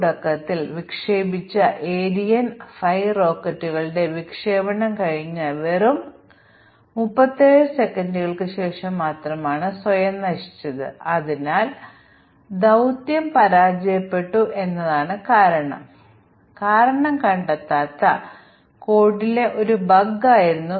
ഒടുവിൽ ഞങ്ങൾ ധാരാളം മ്യൂട്ടന്റുകൾ സൃഷ്ടിച്ചുകഴിഞ്ഞാൽ ഞങ്ങളുടെ മ്യൂട്ടേഷൻ ടെസ്റ്റിംഗ് പൂർത്തിയായി ഭാഗ്യവശാൽ മ്യൂട്ടന്റുകളിൽ ടെസ്റ്റ് കേസുകൾ പ്രവർത്തിപ്പിക്കുന്ന മ്യൂട്ടന്റുകൾ വലിയ തോതിൽ ഓട്ടോമേറ്റഡ് ആകാം